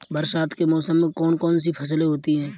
बरसात के मौसम में कौन कौन सी फसलें होती हैं?